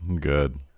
Good